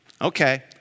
Okay